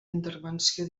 intervenció